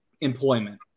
employment